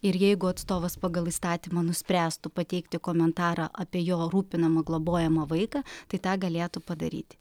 ir jeigu atstovas pagal įstatymą nuspręstų pateikti komentarą apie jo rūpinamą globojamą vaiką tai tą galėtų padaryti